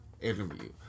interview